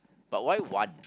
but why one